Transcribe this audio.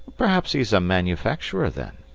perhaps he's a manufacturer, then.